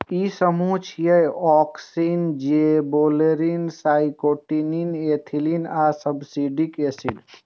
ई समूह छियै, auxin, gibberellin, cytokinin, ethylene आ एब्सिसिक एसिड